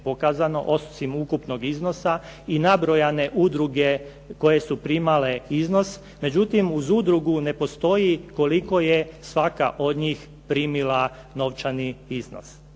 osim ukupnog iznosa i nabrojane udruge koje su primale iznos. Međutim, uz udrugu ne postoji koliko je svaka od njih primila novčani iznos.